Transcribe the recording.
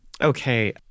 Okay